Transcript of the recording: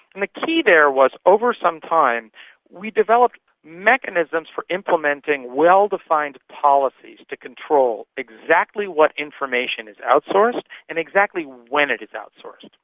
and the key there is over some time we developed mechanisms for implementing well-defined policies to control exactly what information is outsourced and exactly when it is outsourced.